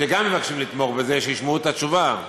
שגם מבקשים לתמוך בזה לשמוע את התשובה.